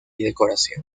decoración